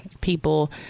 people